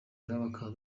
bakaba